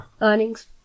Earnings